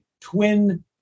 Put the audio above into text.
twin